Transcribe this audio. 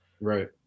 Right